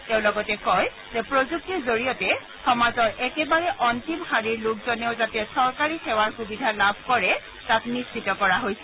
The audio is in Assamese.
তেওঁ লগতে কয় যে প্ৰযুক্তিৰ জৰিয়তে সমাজৰ একেবাৰে অন্তিম শাৰীৰ লোকজনেও যাতে চৰকাৰী সেৱাৰ সুবিধা লাভ কৰে তাক নিশ্চিত কৰা হৈছে